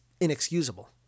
inexcusable